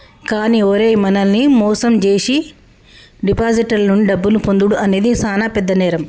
కానీ ఓరై మనల్ని మోసం జేసీ డిపాజిటర్ల నుండి డబ్బును పొందుడు అనేది సాన పెద్ద నేరం